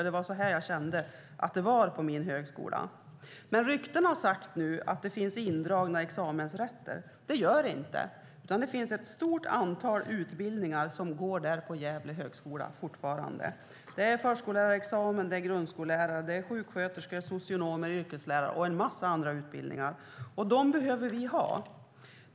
Det var så jag kände att det var på min högskola. Men rykten har sagt att det finns indragna examensrätter. Det gör det inte, utan det finns ett stort antal utbildningar som fortfarande anordnas på Högskolan i Gävle. Det är förskollärare, grundskollärare, sjuksköterskor, socionomer, yrkeslärare och en mängd andra utbildningar. Vi behöver dem.